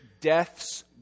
death's